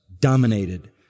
dominated